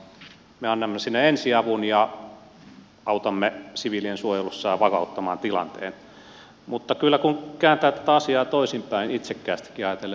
me annamme sinne ensiavun ja autamme siviilien suojelussa ja tilanteen vakauttamisessa mutta kun kääntää tätä asiaa toisinpäin itsekkäästikin ajatellen